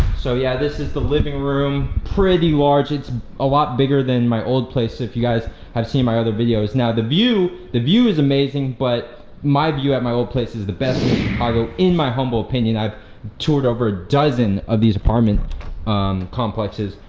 so yeah this is the living room. pretty large, it's a lot bigger than my old place, if you guys have seen my other videos. now the view the view is amazing, but my view at my old place is the best in chicago, in my humble opinion. i've toured over a dozen of these apartment complexes.